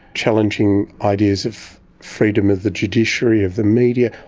challenging ideas of freedom of the judiciary, of the media.